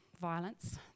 violence